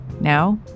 Now